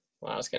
wow